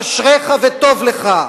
אשריך וטוב לך".